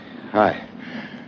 Hi